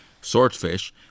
swordfish